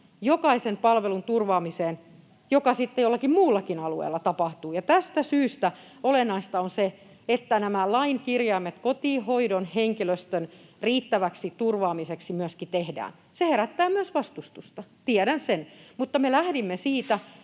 jokaisen palvelun turvaamiseen saman ajan kuin missä se sitten jollakin muullakin alueella tapahtuu. Tästä syystä olennaista on se, että nämä lain kirjaimet kotihoidon henkilöstön riittäväksi turvaamiseksi myöskin tehdään. Se herättää myös vastustusta, tiedän sen. Mutta me lähdimme siitä,